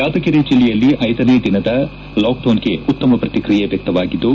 ಯಾದಗಿರಿ ಜಿಲ್ಲೆಯಲ್ಲಿ ಐದನೇ ದಿನದ ಲಾಕ್ಡೌನ್ಗೆ ಉತ್ತಮ ಪ್ರಕ್ರಿಯೆ ವ್ಹಕ್ತವಾಗಿದ್ದು